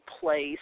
place